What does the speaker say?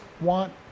want